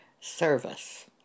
service